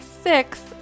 six